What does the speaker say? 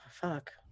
Fuck